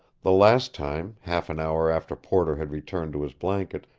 the last time, half an hour after porter had returned to his blanket,